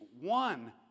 one